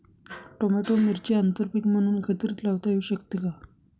Tomato व मिरची आंतरपीक म्हणून एकत्रित लावता येऊ शकते का?